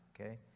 okay